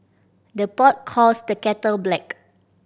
the pot calls the kettle black